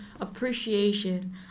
appreciation